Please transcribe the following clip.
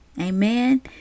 amen